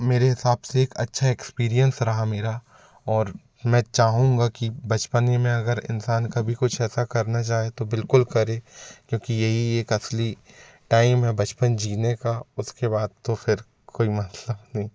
मेरे हिसाब से एक अच्छा एक्सपीरीएन्स रहा मेरा और मैं चाहूँगा कि बचपने में अगर इंसान कभी कुछ ऐसा करना चाहे तो बिल्कुल करे क्योंकि यही एक असली टाइम है बचपन जीने का उसके बाद तो फिर कोई मतलब नहीं